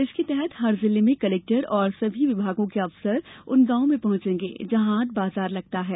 इसके तहत हर जिले में कलेक्टर और सभी विभागों के अफसर उन गांव में पहुंचेंगे जहां हाट बाजार लगता है